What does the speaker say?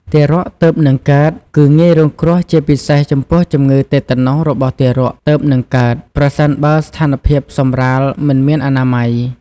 ទារកទើបនឹងកើតគឺងាយរងគ្រោះជាពិសេសចំពោះជំងឺតេតាណូសរបស់ទារកទើបនឹងកើត ប្រសិនបើស្ថានភាពសម្រាលមិនមានអនាម័យ។